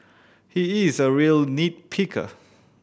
he is a real nit picker